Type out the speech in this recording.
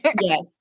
yes